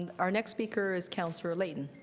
and our next speaker is councillor layton.